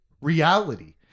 reality